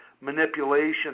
manipulation